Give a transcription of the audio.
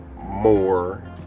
more